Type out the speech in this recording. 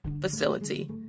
facility